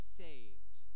saved